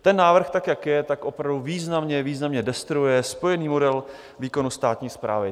Ten návrh tak, jak je, opravdu významně, významně destruuje spojený model výkonu státní správy.